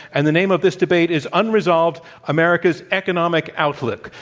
and the name of this debate is unresolved america's economic outlook.